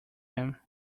him